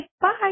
Bye